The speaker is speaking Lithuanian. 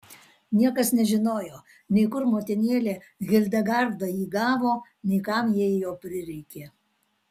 niekas nežinojo nei kur motinėlė hildegarda jį gavo nei kam jai jo prireikė